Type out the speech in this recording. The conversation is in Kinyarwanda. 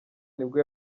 nibwo